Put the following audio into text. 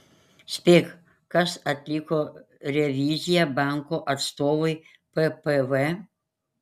spėk kas atliko reviziją banko atstovui ppv